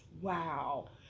Wow